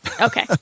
Okay